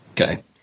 Okay